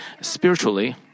spiritually